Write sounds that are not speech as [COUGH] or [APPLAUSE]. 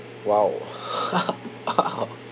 !wow! [LAUGHS] !wow!